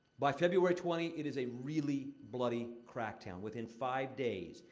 by february twenty, it is a really bloody crackdown. within five days,